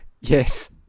Yes